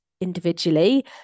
individually